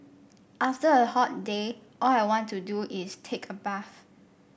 after a hot day all I want to do is take a bath